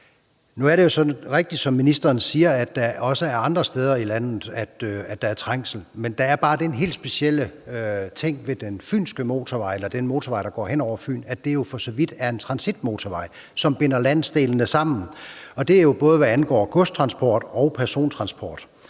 Nu er det jo rigtigt, som ministeren siger, at der også er andre steder i landet, der er trængsel. Men der er bare den helt specielle ting ved den motorvej, der går hen over Fyn, at det for så vidt er en transitmotorvej, som binder landsdelene sammen, både hvad angår godstransport og persontransport.